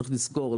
צריך לזכור,